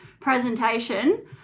presentation